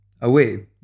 away